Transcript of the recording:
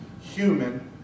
human